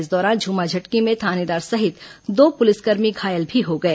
इस दौरान झ्रमाझटकी में थानेदार सहित दो पुलिसकर्मी घायल भी हो गए